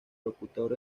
locutor